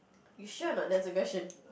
you sure a not that's the question